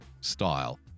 style